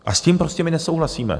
A s tím prostě my nesouhlasíme.